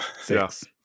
Six